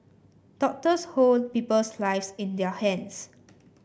doctors hold people's lives in their hands